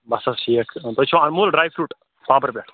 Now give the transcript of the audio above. بَس حظ ٹھیٖک تۄہہِ چھُوا اموٗل ڈرٛاے فرٛوٗٹ پامپرٕ پٮ۪ٹھ